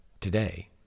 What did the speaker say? today